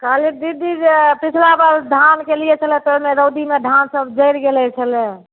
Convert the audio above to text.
कहलियै दीदी जे पछिला बार धान कयलियै छलै तऽ ओइमे रौदामे धान सभ जड़ि गेल छलै